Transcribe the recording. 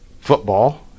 football